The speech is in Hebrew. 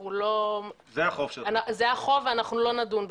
זה החוב ולא נדון בכך.